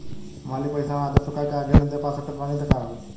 मान ली पईसा हम आधा चुका के आगे न दे पा सकत बानी त का होई?